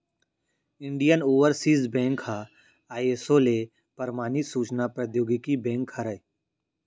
Indian overseas bank ह ISO ले परमानित सूचना प्रौद्योगिकी बेंक हरय